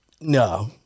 No